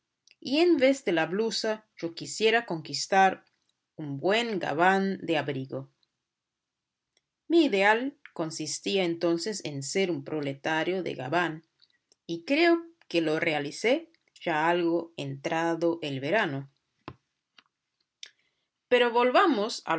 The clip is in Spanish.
y en vez de la blusa yo quisiera conquistar un buen gabán de abrigo mi ideal consistía entonces en ser un proletario de gabán y creo que lo realicé ya algo entrado el verano pero volvamos a los